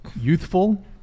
youthful